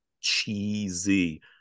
cheesy